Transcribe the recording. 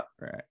right